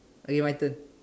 okay my turn